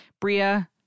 Bria